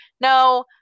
no